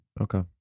Okay